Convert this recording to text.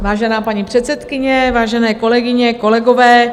Vážená paní předsedkyně, vážené kolegyně, kolegové.